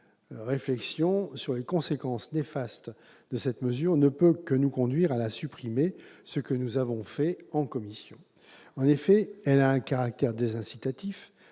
brève réflexion sur les conséquences néfastes de cette mesure ne peut que nous conduire à la supprimer, ce que nous avons fait en commission. En effet, elle a un caractère désincitatif